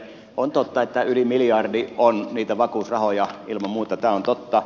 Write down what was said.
on totta että yli miljardi on niitä vakuusrahoja ilman muuta tämä on totta